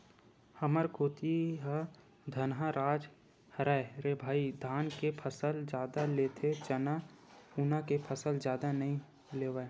हमर कोती ह धनहा राज हरय रे भई धाने के फसल जादा लेथे चना उना के फसल जादा नइ लेवय